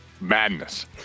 Madness